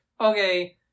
okay